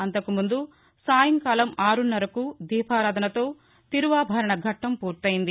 అంతకుముందు సాయంకాలం ఆరున్నరకు దీపారాధనతో తిరువాభరణ ఘట్టం పూర్తయ్యంది